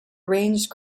arranged